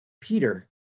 Peter